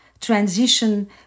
transition